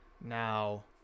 Now